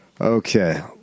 Okay